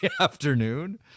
afternoon